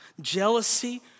jealousy